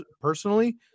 Personally